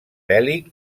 bèl·lic